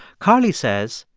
carly says,